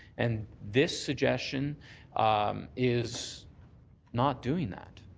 and this suggestion is not doing that.